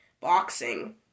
boxing